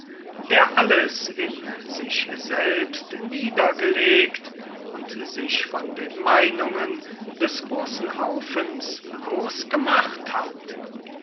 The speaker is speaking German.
der alles in sich selbst niedergelegt und sich von den meinungen des großen haufens losgemacht hat